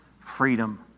freedom